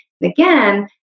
again